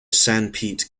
sanpete